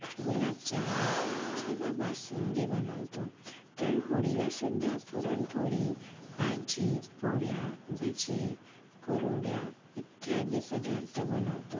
गुलाबजामुन किंवा बासुंदी बनवतो तर होळीला सुद्धा पुरणपोळी भाजी पोळया भजे कुरवड्या इत्यादी पदार्थ बनवतो